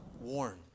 warn